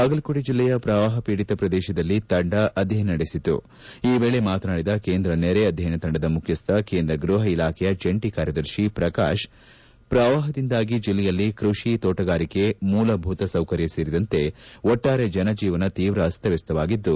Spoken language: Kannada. ಬಾಗಲಕೋಟೆ ಜಿಲ್ಲೆಯ ಪ್ರವಾಪ ಪೀಡಿತ ಪ್ರದೇಶದಲ್ಲಿ ತಂಡ ಅಧ್ವಯನ ನಡೆಸಿತು ಈ ವೇಳೆ ಮಾತನಾಡಿದ ಕೇಂದ್ರ ನೆರೆ ಅಧ್ಯಯನ ತಂಡದ ಮುಖ್ಯಸ್ಥ ಕೇಂದ್ರ ಗೃಹ ಇಲಾಖೆಯ ಜಂಟ ಕಾರ್ಯದರ್ಶಿ ಪ್ರಕಾಶ್ ಪ್ರವಾಹದಿಂದಾಗಿ ಜಿಲ್ಲೆಯಲ್ಲಿ ಕೃಷಿ ತೋಟಗಾರಿಕೆ ಮೂಲಭೂತ ಸೌಕರ್ಯ ಸೇರಿದಂತೆ ಒಟ್ಟಾರೆ ಜನಜೀವನ ತೀವ್ರ ಅಸ್ತವ್ಸಸ್ತವಾಗಿದ್ದು